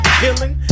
killing